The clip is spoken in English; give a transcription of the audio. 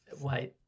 wait